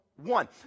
one